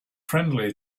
friendly